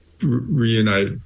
reunite